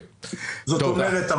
אמרת 150 רשויות.